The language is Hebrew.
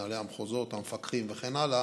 מנהלי המחוזות, המפקחים וכן הלאה,